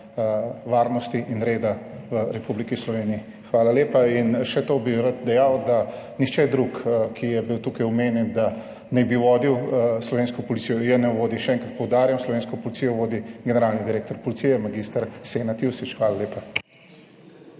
varnosti in reda v Republiki Sloveniji. Hvala lepa. In še to bi rad dejal, da nihče drug, ki je bil tukaj omenjen, da naj bi vodil slovensko policijo, je ne vodi. Še enkrat poudarjam, slovensko policijo vodi generalni direktor policije, mag. Senad Jušić. Hvala lepa.